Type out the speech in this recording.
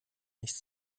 nichts